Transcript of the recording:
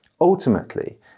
ultimately